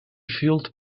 felt